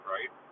Right